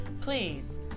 Please